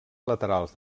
laterals